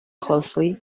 closely